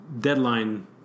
deadline